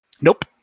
Nope